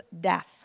death